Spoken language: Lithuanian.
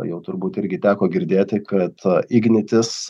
jau turbūt irgi teko girdėti kad ignitis